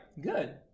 Good